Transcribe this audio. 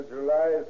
July